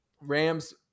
Rams